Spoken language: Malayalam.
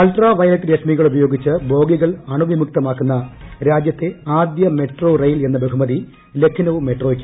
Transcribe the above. അൾട്രാവയലറ്റ് രശ്മികൾ ഉപയോഗിച്ച് ബോഗികൾ അണുവിമുക്തമാക്കുന്ന രാജൃത്തെ ആദ്യ മെട്രോ റെയിൽ എന്ന ബഹുമതി ലഖ്നൌ മെട്രോയ്ക്ക്